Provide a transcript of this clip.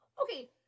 Okay